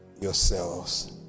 yourselves